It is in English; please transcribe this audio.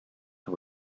who